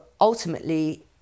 ultimately